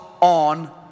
on